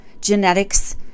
genetics